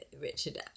Richard